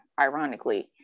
ironically